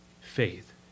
faith